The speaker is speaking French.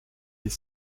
est